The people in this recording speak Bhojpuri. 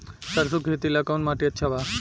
सरसों के खेती ला कवन माटी अच्छा बा?